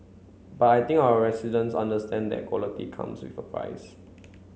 but I think our residents understand that quality comes with a price